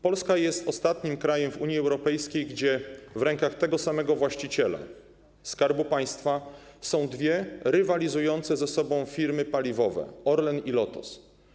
Polska jest ostatnim krajem w Unii Europejskiej, gdzie w rękach tego samego właściciela, Skarbu Państwa, są dwie rywalizujące ze sobą firmy paliwowe: Orlen i Lotos.